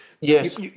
Yes